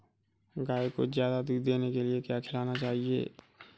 गाय को ज्यादा दूध देने के लिए क्या खिलाना चाहिए?